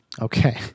Okay